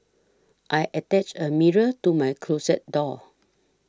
I attached a mirror to my closet door